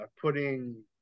putting